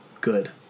good